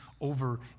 over